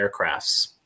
aircrafts